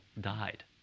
died